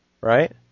right